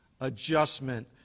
adjustment